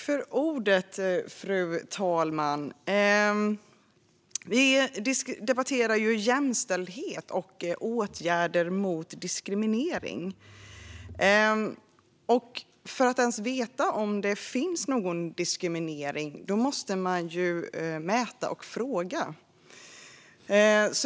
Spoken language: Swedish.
Fru talman! Vi debatterar jämställdhet och åtgärder mot diskriminering. För att ens veta om det finns någon diskriminering måste man mäta och fråga.